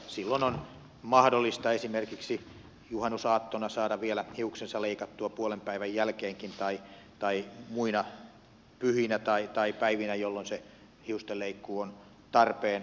silloin on mahdollista esimerkiksi juhannusaattona saada vielä hiuksensa leikattua puolenpäivän jälkeenkin tai muina pyhinä tai päivinä jolloin se hiustenleikkuu on tarpeen